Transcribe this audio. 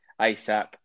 ASAP